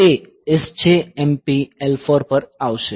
તે SJMP L4 પર આવશે